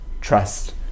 trust